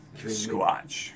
Squatch